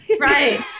Right